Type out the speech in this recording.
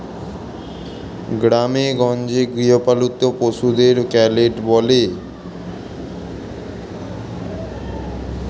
গ্রামেগঞ্জে গৃহপালিত পশুদের ক্যাটেল বলে